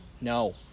No